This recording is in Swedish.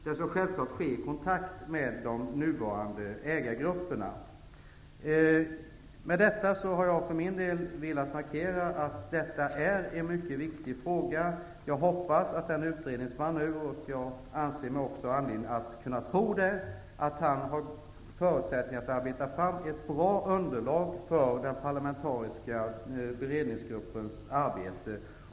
Det skall självfallet ske i kontakt med de nuvarande ägargrupperna. Med detta har jag velat markera att det är en mycket viktig fråga. Jag hoppas, och jag anser mig också ha anledning att tro det, att utredningsmannen har förutsättningar att kunna arbeta fram ett bra underlag för den parlamentariska beredningsgruppens arbete.